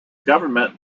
government